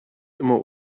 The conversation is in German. immer